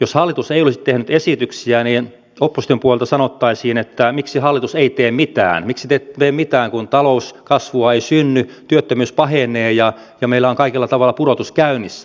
jos hallitus ei olisi tehnyt esityksiä niin opposition puolelta sanottaisiin että miksi hallitus ei tee mitään miksi te ette tee mitään kun talouskasvua ei synny työttömyys pahenee ja meillä on kaikella tavalla pudotus käynnissä